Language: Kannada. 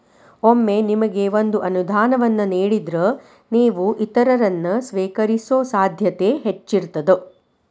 ಒಮ್ಮೆ ನಿಮಗ ಒಂದ ಅನುದಾನವನ್ನ ನೇಡಿದ್ರ, ನೇವು ಇತರರನ್ನ, ಸ್ವೇಕರಿಸೊ ಸಾಧ್ಯತೆ ಹೆಚ್ಚಿರ್ತದ